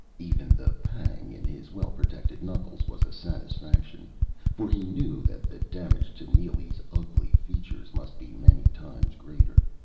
even the pang in his well-protected knuckles was a satisfaction for he knew that the damage to neely's ugly features must be many times greater.